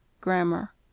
Grammar